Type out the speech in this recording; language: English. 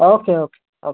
okay okay okay